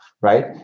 right